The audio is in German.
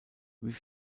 wie